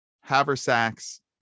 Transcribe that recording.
haversacks